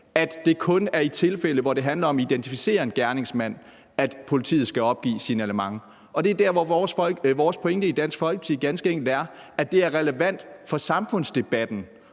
at det kun er i tilfælde, hvor det handler om at identificere en gerningsmand, at politiet skal opgive signalement. Og det er der, hvor vores pointe i Dansk Folkeparti ganske enkelt er, at det er relevant for samfundsdebatten